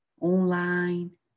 online